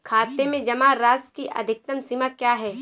खाते में जमा राशि की अधिकतम सीमा क्या है?